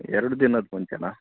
ಎರಡು ದಿನದ ಮುಂಚೆನಾ